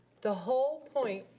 the whole point,